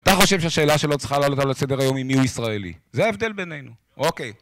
אתה חושב שהשאלה שלא צריכה לעלות על הסדר היום היא מי הוא ישראלי? זה ההבדל בינינו. אוקיי.